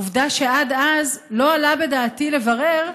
עובדה שעד אז לא עלה בדעתי לברר,